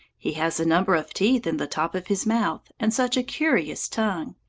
he has a number of teeth in the top of his mouth, and such a curious tongue.